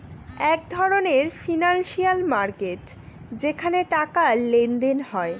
এক ধরনের financial market যেখানে টাকার লেনদেন হয়